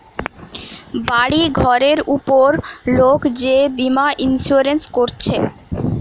বাড়ি ঘরের উপর লোক যে বীমা ইন্সুরেন্স কোরছে